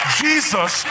jesus